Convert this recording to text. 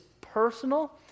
personal